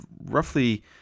roughly